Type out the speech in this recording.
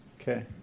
Okay